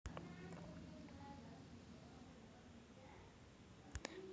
मालमत्तेचा विमा नैसर्गिक जोखामोला गोपनीयता देखील देतो